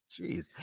Jeez